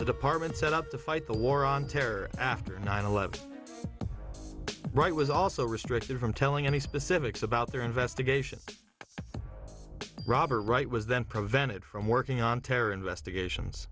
department set up to fight the war on terror after nine eleven wright was also restricted from telling any specifics about their investigation robert wright was then prevented from working on terror investigations